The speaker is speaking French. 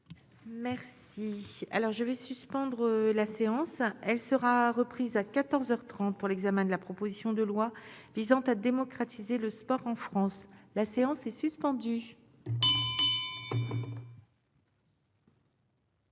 Merci. Alors je vais suspendre la séance, elle sera reprise à 14 heures 30 pour l'examen de la proposition de loi visant à démocratiser le sport en France, la séance est suspendue.